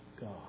God